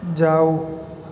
जाओ